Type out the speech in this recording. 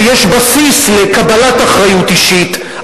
שיש בסיס לקבלת אחריות אישית,